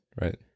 right